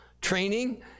training